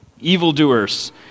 evildoers